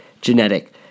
Genetic